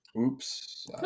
Oops